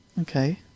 Okay